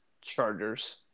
Chargers